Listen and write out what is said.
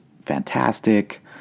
fantastic